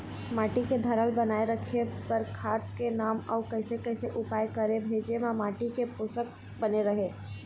माटी के धारल बनाए रखे बार खाद के नाम अउ कैसे कैसे उपाय करें भेजे मा माटी के पोषक बने रहे?